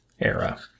era